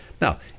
now